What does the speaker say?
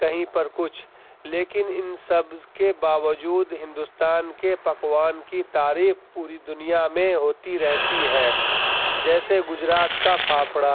کہیں پر کچھ لیکن ان سب کے باوجود ہندوستان کے پکوان کی تعریف پوری دنیا میں ہوتی رہتی ہے جیسے گجرات کا پھاپھڑا